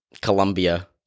Colombia